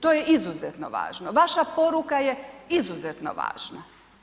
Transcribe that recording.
To je izuzetno važno, vaša poruka je izuzetno važna.